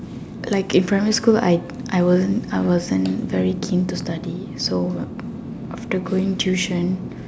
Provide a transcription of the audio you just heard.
like in primary school I wasn't very keen to study so fast going tuition